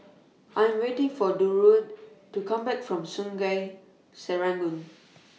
I'm waiting For Durwood to Come Back from Sungei Serangoon